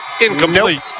incomplete